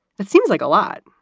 but seems like a lot.